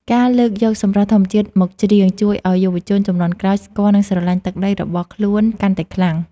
ការលើកយកសម្រស់ធម្មជាតិមកច្រៀង ជួយឱ្យយុវជនជំនាន់ក្រោយស្គាល់ និងស្រឡាញ់ទឹកដីរបស់ខ្លួនកាន់តែខ្លាំង។